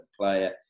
player